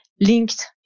linked